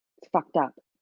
it's fucked up.